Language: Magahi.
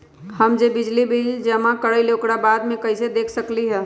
हम जे बिल जमा करईले ओकरा बाद में कैसे देख सकलि ह?